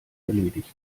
erledigt